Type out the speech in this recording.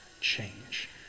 change